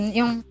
yung